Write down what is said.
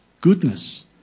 goodness